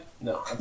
No